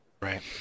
Right